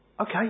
Okay